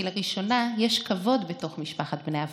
כי לראשונה יש כבוד בתוך משפחת בני אברהם.